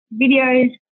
videos